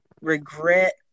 regret